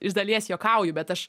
iš dalies juokauju bet aš